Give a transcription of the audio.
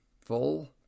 full